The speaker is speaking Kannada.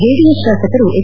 ಜೆಡಿಎಸ್ ಶಾಸಕರು ಹೆಚ್